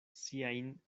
siajn